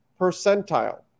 percentile